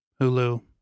Hulu